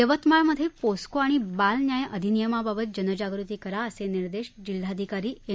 यवतमाळमधे POCSO आणि बाल न्याय अधिनियमबाबत जनजागृती करा असे निर्देश जिल्हाधिकारी एम